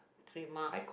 trademark